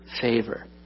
favor